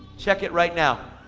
check it right now,